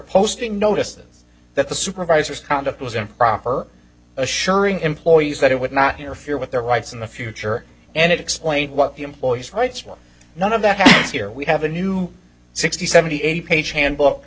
posting notices that the supervisor's conduct was improper assuring employees that it would not interfere with their rights in the future and explain what the employees rights were none of that here we have a new sixty seventy eight page handbook